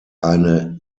eine